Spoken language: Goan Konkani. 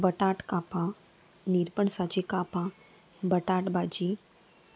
बटाट कापां निरपणसाची कापां बटाट भाजी